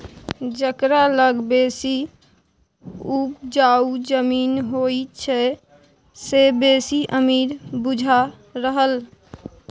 जकरा लग बेसी उपजाउ जमीन होइ छै से बेसी अमीर बुझा रहल